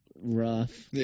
rough